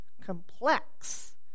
complex